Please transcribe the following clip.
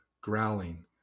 growling